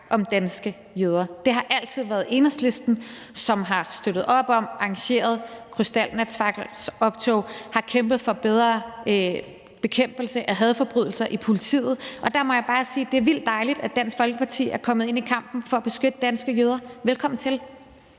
om danske jøder. Det har altid været Enhedslisten, som har støttet op om og arrangeret krystalnatfakkeloptog og har kæmpet for bedre bekæmpelse af hadforbrydelser i politiet, og der må jeg bare sige, at det er vildt dejligt, at Dansk Folkeparti er kommet ind i kampen for at beskytte danske jøder. Velkommen til.